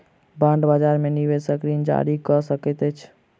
bond बजार में निवेशक ऋण जारी कअ सकैत अछि